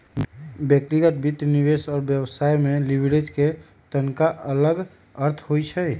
व्यक्तिगत वित्त, निवेश और व्यवसाय में लिवरेज के तनका अलग अर्थ होइ छइ